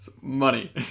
money